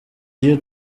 iyo